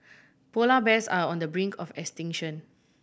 polar bears are on the brink of extinction